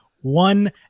one